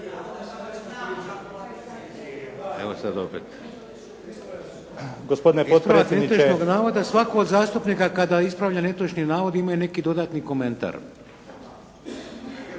Evo sad opet. Ispravak netočnog navoda. Svatko od zastupnika kada ispravlja netočan navod imaju neki dodatni komentar.